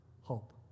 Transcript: hope